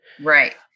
Right